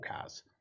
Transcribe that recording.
cars